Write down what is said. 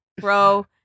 bro